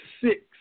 six